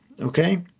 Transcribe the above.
Okay